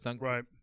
Right